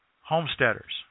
homesteaders